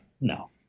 No